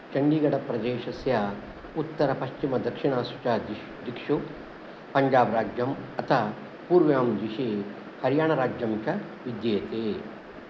चण्डीगढप्रदेशस्य उत्तरपश्चिमदक्षिणासु च दिक्षु पञ्जाबराज्यम् अथ पूर्व्यां दिशि हरियाणाराज्यं च विद्येते